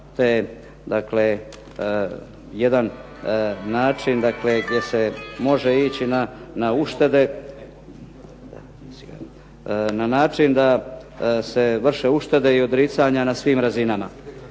te dakle jedan način dakle gdje se može ići na uštede, na način da se vrše uštede i odricanja na svim razinama.